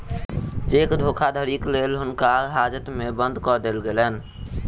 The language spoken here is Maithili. चेक धोखाधड़ीक लेल हुनका हाजत में बंद कअ देल गेलैन